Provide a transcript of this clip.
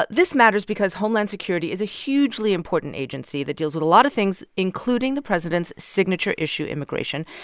ah this matters because homeland security is a hugely important agency that deals with a lot of things, including the president's signature issue immigration.